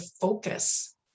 focus